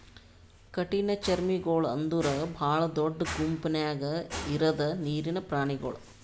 ಕಠಿಣಚರ್ಮಿಗೊಳ್ ಅಂದುರ್ ಭಾಳ ದೊಡ್ಡ ಗುಂಪ್ ನ್ಯಾಗ ಇರದ್ ನೀರಿನ್ ಪ್ರಾಣಿಗೊಳ್